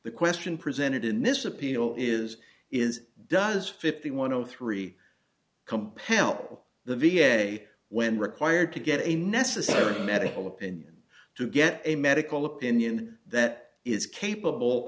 the question presented in this appeal is is does fifty one o three compel the v a when required to get a necessary medical opinion to get a medical opinion that is capable